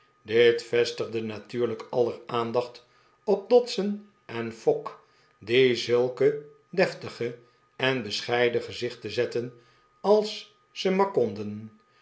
dit vestigde natuurlijk aller aandacht op dodson en fogg die zulke deftige en bescheiden gezichten zetten als zij maar konden